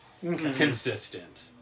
Consistent